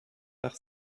par